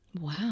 Wow